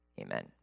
Amen